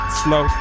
slow